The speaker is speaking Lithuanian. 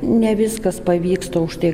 ne viskas pavyksta už tai